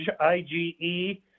Ige